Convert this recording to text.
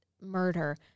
murder